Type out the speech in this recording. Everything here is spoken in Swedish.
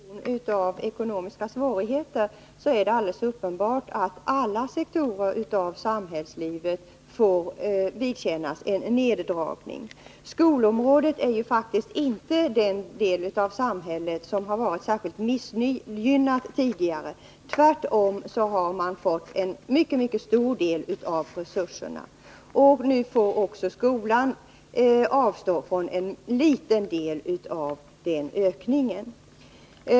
Fru talman! I en situation av ekonomiska svårigheter är det alldeles uppenbart att alla samhällets sektorer får vidkännas en neddragning. Skolan är faktiskt inte det område av samhället som har varit särskilt missgynnat tidigare — tvärtom. Man har fått en mycket stor del av resurserna. Nu måste också skolan avstå från en liten del av ökningen.